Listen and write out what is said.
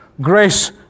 grace